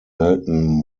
melton